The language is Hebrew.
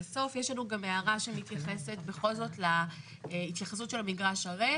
לסוף יש לנו גם הערה שמתייחסת בכל זאת להתייחסות של המגרש הריק.